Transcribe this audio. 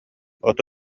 оту